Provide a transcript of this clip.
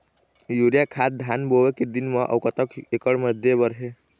Urea खाद धान बोवे के दिन म अऊ कतक एकड़ मे दे बर हे?